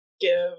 give